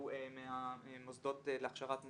שהוא מהמוסדות להכשרת מורים.